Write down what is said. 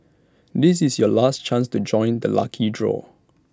this is your last chance to join the lucky draw